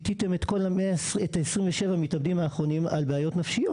טאטאתם את כל ה-27 מתאבדים האחרונים על בעיות נפשיות,